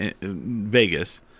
Vegas